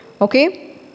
Okay